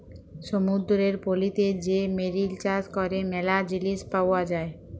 সমুদ্দুরের পলিতে যে মেরিল চাষ ক্যরে ম্যালা জিলিস পাওয়া যায়